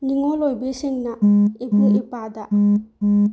ꯅꯤꯉꯣꯜ ꯑꯣꯏꯕꯤꯁꯤꯡꯅ ꯏꯕꯨꯡ ꯏꯎꯄ꯭ꯋꯥꯗ